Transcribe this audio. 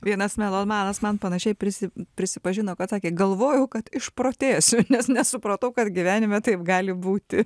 vienas melomanas man panašiai prisi prisipažino kad sakė galvojau kad išprotėsiu nes nesupratau kad gyvenime taip gali būti